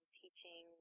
teaching